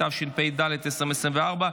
התשפ"ד 2024,